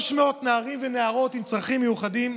300 נערים ונערות עם צרכים מיוחדים,